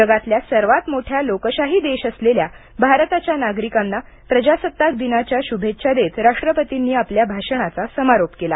जगातल्या सर्वात मोठ्या लोकशाही देश असलेल्या भारताच्या नागरिकांना प्रजासत्ताक दिनाच्या शुभेच्छा देत राष्ट्रपतींनी आपल्या भाषणाचा समारोप केला